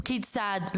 פקיד סעד,